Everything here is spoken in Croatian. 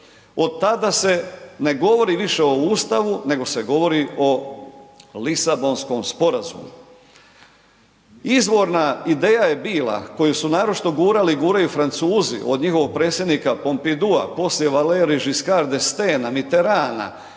Od tada se ne govori više o ustavu nego se govori o Lisabonskom sporazumu. Izvorna ideja je bila koju su naročito gurali i guraju Francuzi od njihovog predsjednika Pompidou poslije Valery Giscard d'Estaing, Mitteranda,